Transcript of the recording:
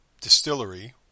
Distillery